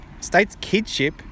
Stateskidship